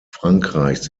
frankreichs